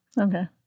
Okay